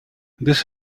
this